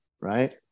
Right